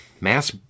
mass